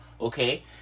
okay